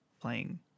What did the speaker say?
playing